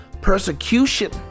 persecution